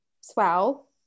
swell